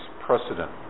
precedent